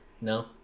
no